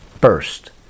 first